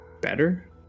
Better